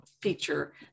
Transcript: feature